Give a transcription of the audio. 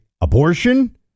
Abortion